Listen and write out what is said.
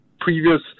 previous